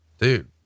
Dude